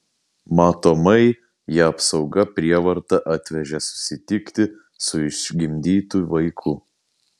matomai ją apsauga prievarta atvežė susitikti su išgimdytu vaiku